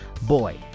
Boy